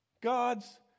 God's